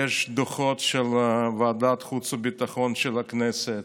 יש דוחות של ועדת חוץ וביטחון של הכנסת,